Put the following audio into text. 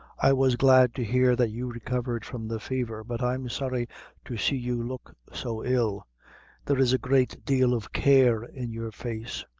i was glad to hear that you recovered from the fever but i'm sorry to see you look so ill there is a great deal of care in your face.